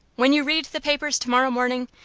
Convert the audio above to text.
when you read the papers tomorrow morning,